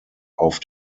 auf